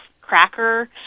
cracker